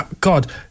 God